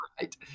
right